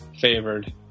favored